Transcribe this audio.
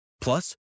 Plus